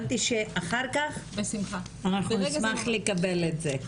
אנחנו נשמח לקבל את זה.